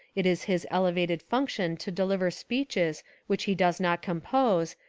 it is his elevated function to deliver speeches which he does not compose,